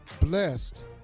blessed